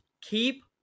keep